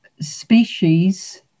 species